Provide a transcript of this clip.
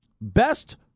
Best